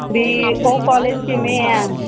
ਵੀ ਉਹ ਕਾਲਜ ਕਿਵੇਂ ਹੈ